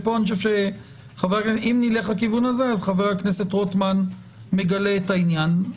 פה אני חושב שחבר הכנסת רוטמן מגלה את העניין,